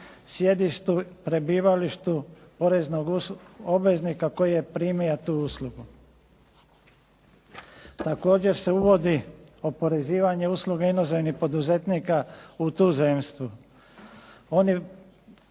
sjedištu, prebivalištu poreznog obveznika koji je primio tu uslugu. Također se uvodi oporezivanje usluga inozemnih poduzetnika u tuzemstvu. Oni